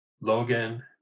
logan